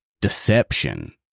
deception